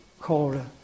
called